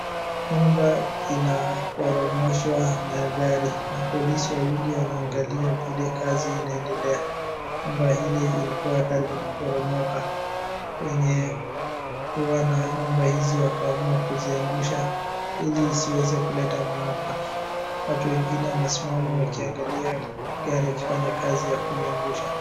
Nyumba inaporomoshwa na gari. Mapolisi wawili wanaangalia vile kazi inaendelea. Nyumba hii ilikuwa karibu kuporomoka, wenye kuwa na nyumba hizi wakaamua kuziangusha ili isiweze kuleta maafa. Watu wengine wanasimama wakiangalia gari ikifanya kazi ya kuiangusha.